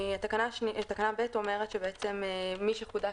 תקנת משנה (ב) אומרת בעצם שמי שחודש